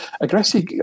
Aggressive